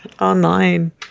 online